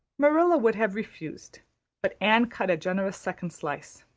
marilla would have refused but anne cut a generous second slice.